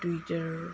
tutor